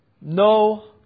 No